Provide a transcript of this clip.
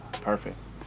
Perfect